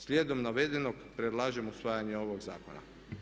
Slijedom navedenog predlažem usvajanje ovog zakona.